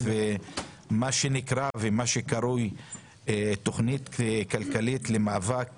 מה שנקרא ומה שקרוי "תכנית כלכלית למאבק